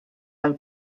del